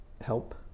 help